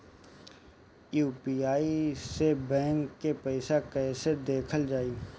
UPI से bank के पैसा कैसे देखल जाला?